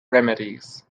remedies